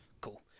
Cool